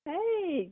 Hey